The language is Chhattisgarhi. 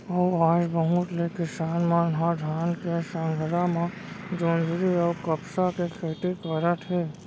अउ आज बहुत ले किसान मन ह धान के संघरा म जोंधरी अउ कपसा के खेती करत हे